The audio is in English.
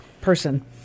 person